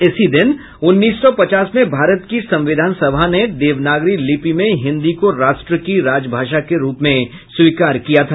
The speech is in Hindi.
इसी दिन उन्नीस सौ पचास में भारत की संविधान सभा ने देवनागरी लिपि में हिन्दी को राष्ट्र की राजभाषा के रूप में स्वीकार किया था